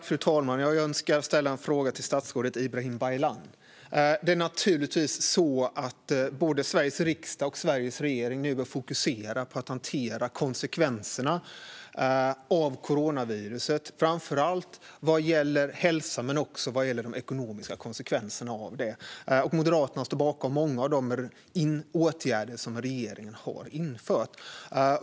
Fru talman! Jag önskar ställa en fråga till statsrådet Ibrahim Baylan. Nu vill både Sveriges riksdag och Sveriges regering naturligtvis fokusera på att hantera konsekvenserna av coronaviruset, framför allt vad gäller hälsa men också vad gäller de ekonomiska konsekvenserna. Moderaterna står bakom många av de åtgärder som regeringen har infört.